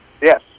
Yes